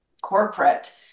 corporate